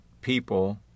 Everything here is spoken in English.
people